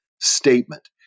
statement